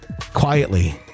Quietly